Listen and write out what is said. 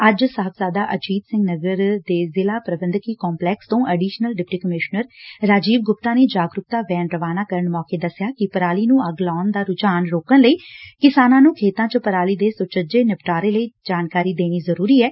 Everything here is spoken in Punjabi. ਅੱਜ ਸਾਹਿਬਜ਼ਾਦਾ ਅਜੀਤ ਸਿੰਘ ਨਗਰ ਦੇ ਜ਼ਿਲਾ ਪੁਬੰਧਕੀ ਕੰਪਲੈਕਸ ਤੋਂ additional deputy commissioner Rajiv Gupta ਨੇ ਜਾਗਰੁਕਤਾ ਵੈਨ ਰਵਾਨਾ ਕਰਨ ਮੌਕੇ ਦਸਿਆ ਕਿ ਪਰਾਲੀ ਨੇ ਅੱਗ ਲਾਉਣ ਦਾ ਰੁਝਾਨ ਰੋਕਣ ਲਈ ਕਿਸਾਨਾ ਨੇ ਖੇਤਾਂ ਚ ਪਰਾਲੀ ਦੇ ਸੁਚੱਜੇ ਨਿਪਟਾਰੇ ਲਈ ਜਾਣਕਾਰੀ ਦੇਣੀ ਜ਼ਰੁਰੀ ਐ